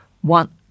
One